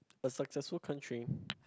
a successful country